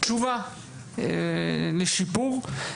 ותשובה לשיפור,